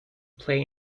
play